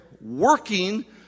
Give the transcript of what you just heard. working